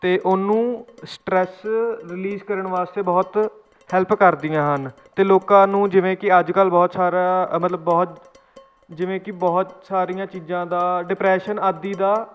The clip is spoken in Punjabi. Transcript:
ਅਤੇ ਉਹਨੂੰ ਸਟਰੈਸ ਰਿਲੀਜ਼ ਕਰਨ ਵਾਸਤੇ ਬਹੁਤ ਹੈਲਪ ਕਰਦੀਆਂ ਹਨ ਅਤੇ ਲੋਕਾਂ ਨੂੰ ਜਿਵੇਂ ਕਿ ਅੱਜ ਕੱਲ੍ਹ ਬਹੁਤ ਸਾਰਾ ਅ ਮਤਲਬ ਬਹੁਤ ਜਿਵੇਂ ਕਿ ਬਹੁਤ ਸਾਰੀਆਂ ਚੀਜ਼ਾਂ ਦਾ ਡਿਪਰੈਸ਼ਨ ਆਦਿ ਦਾ